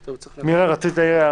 מירה, בבקשה.